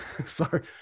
sorry